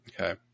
okay